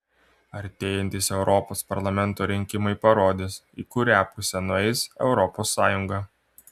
artėjantys europos parlamento rinkimai parodys į kurią pusę nueis europos sąjunga